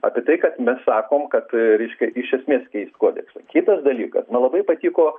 apie tai kad mes sakom kad reiškia iš esmės keist kodeksą kitas dalykas na labai patiko